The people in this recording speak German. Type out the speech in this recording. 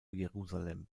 jerusalem